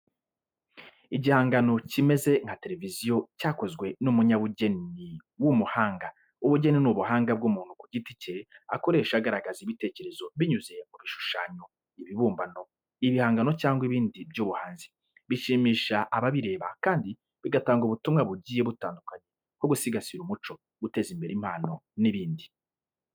Igihangano kimeze nka televiziyo cyakozwe n'umunyabugeni w'umuhanga. Ubugeni ni ubuhanga bw'umuntu ku giti cye akoresha agaragaza ibitekerezo binyuze mu bishushanyo, ibibumbano, ibihangano cyangwa ibindi by’ubuhanzi. Bishimisha ababireba kandi bigatanga ubutumwa bugiye butandukanye nko gusigasira umuco, guteza imbere impano n'ibindi.